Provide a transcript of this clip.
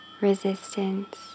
resistance